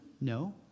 No